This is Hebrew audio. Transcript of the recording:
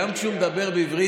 גם כשהוא מדבר בעברית,